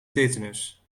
tetanus